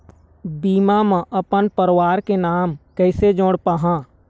बीमा म अपन परवार के नाम कैसे जोड़ पाहां?